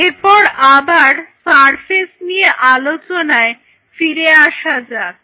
এরপর আবার সারফেস নিয়ে আলোচনায় ফিরে আসা যাক